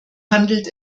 handelt